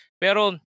Pero